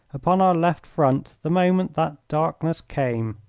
upon our left front the moment that darkness came.